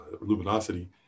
luminosity